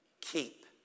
Keep